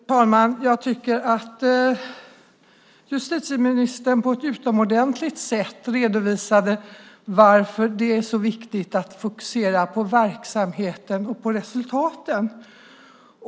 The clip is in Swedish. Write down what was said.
Fru talman! Jag tycker att justitieministern på ett utomordentligt sätt redovisade varför det är så viktigt att fokusera på verksamheten och på resultaten.